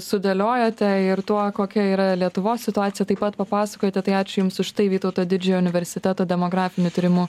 sudėliojote ir tuo kokia yra lietuvos situacija taip pat papasakojote tai ačiū jums už tai vytauto didžiojo universiteto demografinių tyrimų